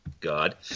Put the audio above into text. god